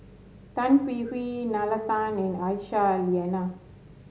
Tan Hwee Hwee Nalla Tan and Aisyah Lyana